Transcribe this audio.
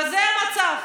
וזה המצב.